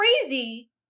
crazy